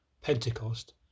Pentecost